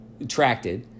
attracted